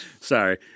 Sorry